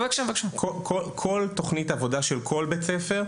כל תוכנית העבודה של כל בית ספר,